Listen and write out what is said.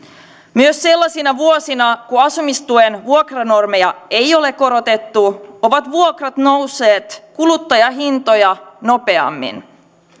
myös sellaisina vuosina kun asumistuen vuokra normeja ei ole korotettu ovat vuokrat nousseet kuluttajahintoja nopeammin